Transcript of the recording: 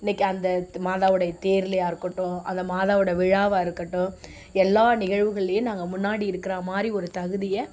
இன்னைக்கு அந்த மாதாவுடைய தேருலேயா இருக்கட்டும் அந்த மாதாவுடைய விழாவாக இருக்கட்டும் எல்லாம் நிகழ்வுகள்லேயும் நாங்கள் முன்னாடி இருக்குற மாதிரி ஒரு தகுதியை